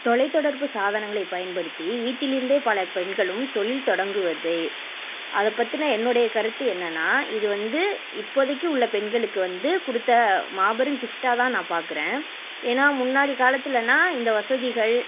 தொலைத் தொடர்பு சாதனங்களை பயன்படுத்தி வீட்டில் இருந்தே பல பெண்களும் தொழில் தொடங்குவதை அது பற்றின என்னுடைய கருத்து என்னென்னா இதுவந்து இப்போதைக்கி உள்ள பெண்களுக்கு வந்து கொடுத்த மாபெரும் கிஃப்ட்டாக தான் நான் பார்க்குறேன் ஏன்னா முன்னாடி காலத்திலன்னா இந்த வசதிகள்